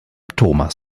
thomas